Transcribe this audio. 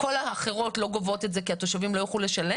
כל האחרות לא גובות את זה כי התושבים לא יוכלו לשלם?